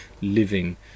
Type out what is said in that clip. Living